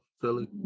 Philly